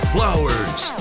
Flowers